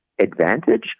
advantage